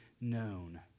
known